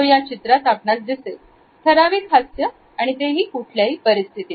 या चित्रात आपणास दिसेल ठराविक हास्य कुठल्याही परिस्थितीत